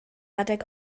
adeg